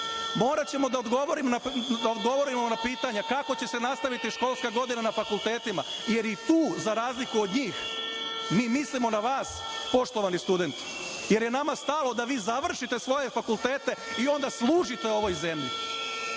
moraćemo da odgovorimo na pitanja kako će se nastaviti školska godina na fakultetima, jer i tu, za razliku od njih, mi mislimo na vas, poštovani studenti, jer je nama stalo da vi završite svoje fakultete i onda služite ovoj zemlji